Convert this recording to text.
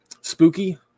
spooky